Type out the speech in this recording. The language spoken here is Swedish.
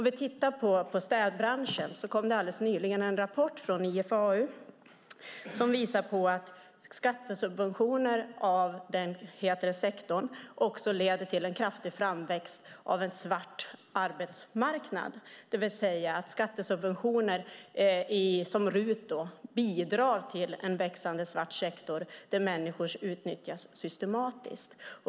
När det gäller städbranschen kom det alldeles nyligen en rapport från IFAU som visar att skattesubventioner av den sektorn leder till en kraftig framväxt av en svart arbetsmarknad, det vill säga att skattesubventioner, som RUT, bidrar till en växande svart sektor där människor utnyttjas systematiskt.